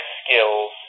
skills